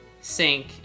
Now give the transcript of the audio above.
sink